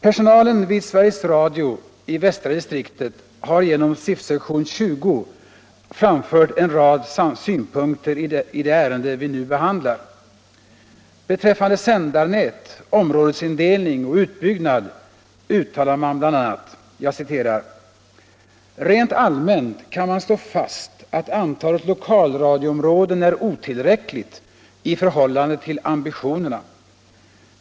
Personalen vid Sveriges Radio i västra distriktet har genom SIF-sektion 20 framfört en rad synpunkter i det ärende vi nu behandlar. Beträffande sändarnät, områdesindelning och utbyggnad sägs det bl.a.: ”Rent allmänt kan man slå fast att antalet lokalradioområden är otillräckligt i förhållande till ambitionerna.